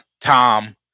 Tom